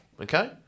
Okay